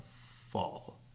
fall